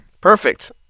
Perfect